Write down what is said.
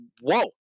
Whoa